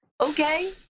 okay